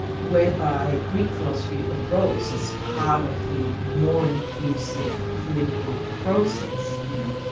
whereby greek philosophy arose as part of the more inclusive political process, you know.